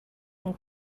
and